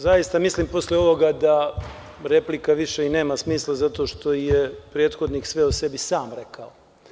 Zaista mislim posle ovoga da replika više nema smisla zato što je prethodnik sve o sebi sam rekao.